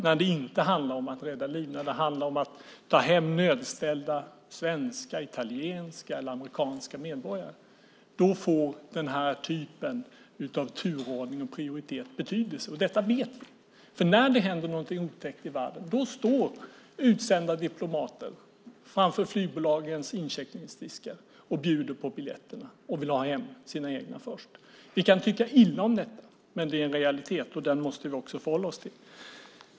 När det inte handlar om att rädda liv utan om att ta hem nödställda svenska, italienska eller amerikanska medborgare får den här typen av turordning och prioritet betydelse. Det vet vi. När det händer någonting otäckt i världen står utsända diplomater framför flygbolagens incheckningsdiskar och bjuder på biljetterna och vill ha hem sina egna först. Vi kan tycka illa om det, men det är en realitet, och den måste vi förhålla oss till.